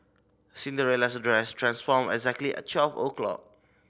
Cinderella's dress transformed exactly at twelve o'clock